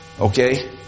Okay